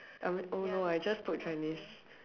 I'm oh no I just spoke Chinese